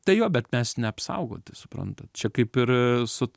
tai jo bet mes neapsaugoti suprantat čia kaip ir su